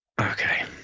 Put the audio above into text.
Okay